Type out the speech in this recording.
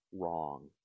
wrong